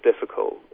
difficult